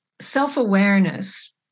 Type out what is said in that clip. self-awareness